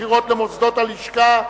בחירות למוסדות הלשכה),